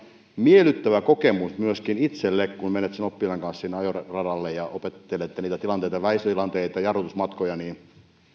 miellyttävä kokemus myöskin itselle kun menet oppilaan kanssa sinne ajoradalle ja opettelette niitä tilanteita väistötilanteita jarrutusmatkoja